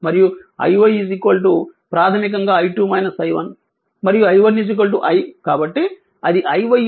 మరియు iy ప్రాథమికంగా i2 i1 మరియు i1 i కాబట్టి అది iy i2 i